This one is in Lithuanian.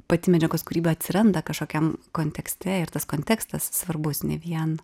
pati medžiagos kūryba atsiranda kažkokiam kontekste ir tas kontekstas svarbus ne vien